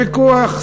ויכוח,